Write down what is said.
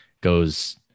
goes